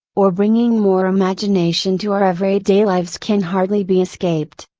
or bringing more imagination to our everyday lives can hardly be escaped.